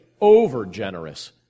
over-generous